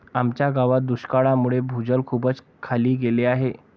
आमच्या गावात दुष्काळामुळे भूजल खूपच खाली गेले आहे